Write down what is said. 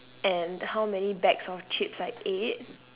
and how many bags of chips I ate